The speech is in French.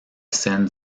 seine